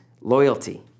loyalty